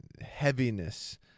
heaviness